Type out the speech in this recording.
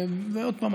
ועוד פעם,